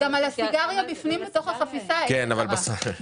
גם על הסיגריה בפנים, בתוך החפיסה, יש אזהרה.